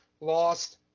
lost